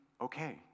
okay